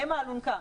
הן האלונקה.